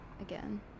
again